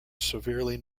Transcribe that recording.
severely